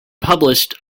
published